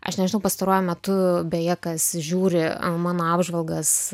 aš nežinau pastaruoju metu beje kas žiūri mano apžvalgas